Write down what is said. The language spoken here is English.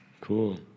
Cool